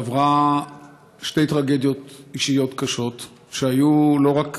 שעברה שתי טרגדיות אישיות קשות שהיו לא רק